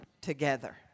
together